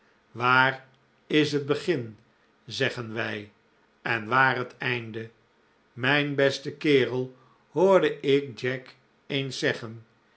waar is het begin zeggen wij en waar het einde mijn beste kerel hoorde ik jack eens zeggen